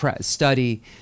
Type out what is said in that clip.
study